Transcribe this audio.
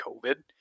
COVID